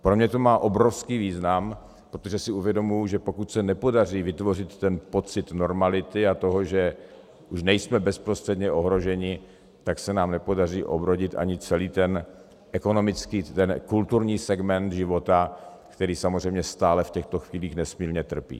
Pro mě to má obrovský význam, protože si uvědomuji, že pokud se nepodaří vytvořit ten pocit normality a toho, že už nejsme bezprostředně ohroženi, tak se nám nepodaří obrodit ani celý ten kulturní segment života, který samozřejmě stále v těchto chvílích nesmírně trpí.